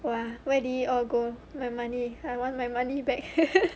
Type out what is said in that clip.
!wah! where did it all go my money I want my money back